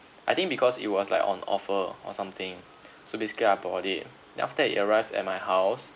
I think because it was like on offer or something so basically I bought it then after it arrived at my house